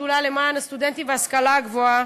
השדולה למען הסטודנטים וההשכלה הגבוהה,